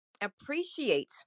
appreciate